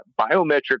biometric